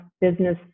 business